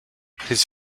his